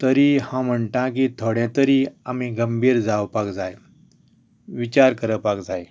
तरीय हांव म्हणटां की थोडे तरी आमी गंभीर जावपाक जाय विचार करपाक जाय